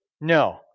No